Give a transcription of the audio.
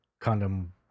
condom